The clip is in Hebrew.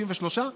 33?